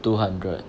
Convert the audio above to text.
two hundred